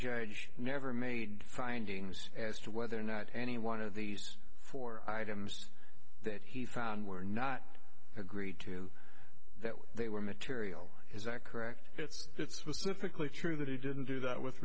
judge never made findings as to whether or not any one of these four items that he found were not agreed to that they were material is that correct it's was typically true that he didn't do that with